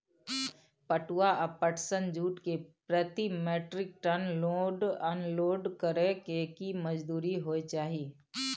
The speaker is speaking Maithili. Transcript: पटुआ या पटसन, जूट के प्रति metric ton load unload करै के की मजदूरी होय चाही?